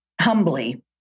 humbly